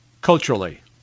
culturally